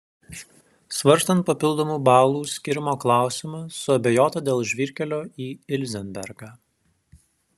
svarstant papildomų balų skyrimo klausimą suabejota dėl žvyrkelio į ilzenbergą